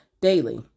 daily